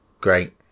Great